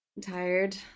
tired